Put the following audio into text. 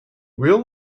real